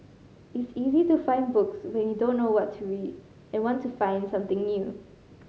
it's easy to find books when he don't know what to read and want to find something new